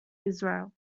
israel